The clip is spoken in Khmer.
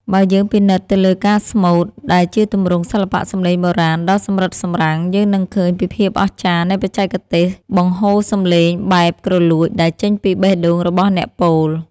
បើយើងពិនិត្យទៅលើការស្មូត ដែលជាទម្រង់សិល្បៈសម្លេងបុរាណដ៏សម្រិតសម្រាំង យើងនឹងឃើញពីភាពអស្ចារ្យនៃបច្ចេកទេសបង្ហូរសម្លេងបែបគ្រលួចដែលចេញពីបេះដូងរបស់អ្នកពោល។